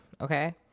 okay